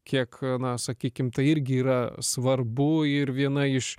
kiek na sakykim tai irgi yra svarbu ir viena iš